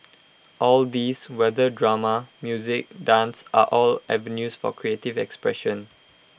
all these whether drama music dance are all avenues for creative expression